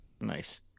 Nice